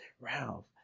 Ralph